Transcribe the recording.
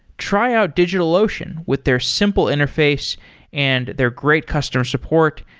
try out digitalocean with their simple interface and their great customer support.